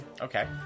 Okay